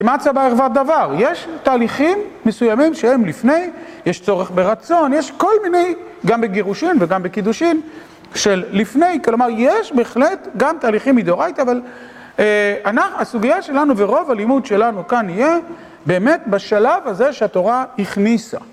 מה צבע הרבה דבר? יש תהליכים מסוימים שהם לפני, יש צורך ברצון, יש כל מיני גם בגירושים וגם בקידושים של לפני, כלומר יש בהחלט גם תהליכים מידוראית, אבל הסוגיה שלנו ורוב הלימוד שלנו כאן יהיה באמת בשלב הזה שהתורה הכניסה.